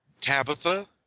Tabitha